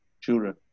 children